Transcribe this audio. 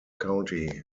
county